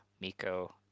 Miko